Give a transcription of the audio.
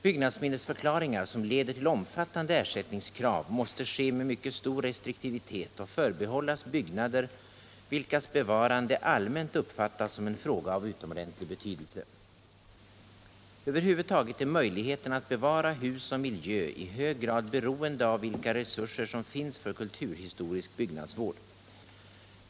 Byggnadsminnesförklaringar som leder till omfattande ersättningskrav måste ske med mycket stor restriktivitet och förbehållas byggnader, vilkas bevarande allmänt uppfattas som en fråga av utomordentlig betydelse. Över huvud taget är möjligheterna att bevara hus och miljö i hög grad beroende av vilka resurser som finns för kulturhistorisk byggnadsvård.